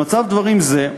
במצב דברים זה,